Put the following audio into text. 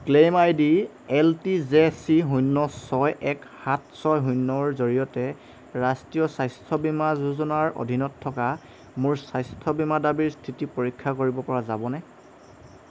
claim I D L T J C শূন্য ছয় এক সাত ছয় শূন্যৰ জৰিয়তে ৰাষ্ট্ৰীয় স্বাস্থ্য বীমা যোজনাৰ অধীনত থকা মোৰ স্বাস্থ্য বীমা দাবীৰ স্থিতি পৰীক্ষা কৰিব পৰা যাবনে